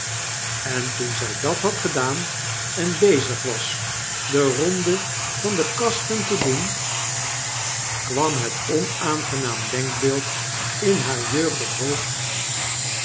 en toen zjj dat had gedaan en bezig was de ronde van de kasten te doen kwam het onaangenaam denkbeeld in haar jengdig hoofd